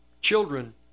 children